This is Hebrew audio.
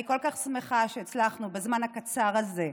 אני כל כך שמחה שהצלחנו בזמן הקצר הזה,